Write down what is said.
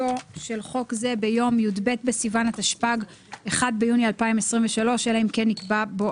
מי בעד קבלת ההסתייגות?